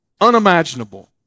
unimaginable